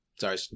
Sorry